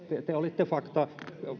te olitte fakta